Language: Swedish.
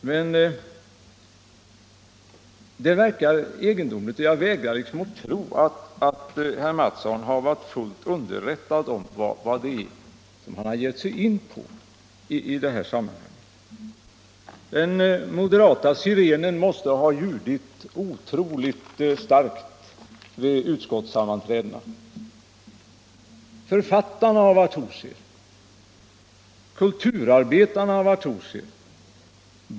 Det verkar egendomligt och jag vägrar att tro att herr Mattsson har varit fullt underrättad om vad han har givit sig in på i detta sammanhang. Den moderata sirenen måste ha ljudit otroligt starkt vid utskottssammanträdena. Författare och kulturarbetare har varit hos er.